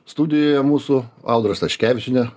studijoje mūsų audra statkevičienė